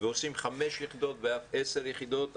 ועושים חמש יחידות ואף עשר יחידות,